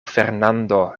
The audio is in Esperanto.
fernando